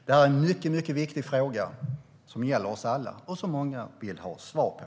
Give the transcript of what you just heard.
Detta är en mycket viktig fråga som gäller oss alla och som många vill ha svar på.